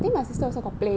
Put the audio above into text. you must